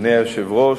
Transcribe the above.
אדוני היושב-ראש,